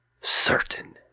certain